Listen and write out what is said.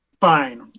Fine